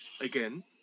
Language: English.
again